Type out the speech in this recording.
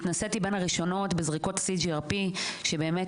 התנסיתי בין הראשונות בזריקות CGRP שבאמת